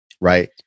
right